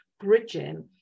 bridging